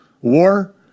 war